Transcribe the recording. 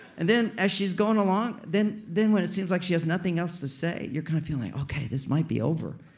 and then as she's going along, then then when it seems like she has nothing else to say you're kind of feeling like, okay, this might be over.